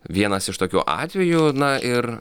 vienas iš tokių atvejų na ir